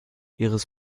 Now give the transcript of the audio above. ihres